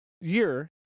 year